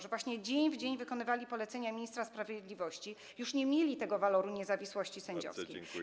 że właśnie dzień w dzień wykonywali polecenia ministra sprawiedliwości, bo już nie mieli tego waloru niezawisłości sędziowskiej?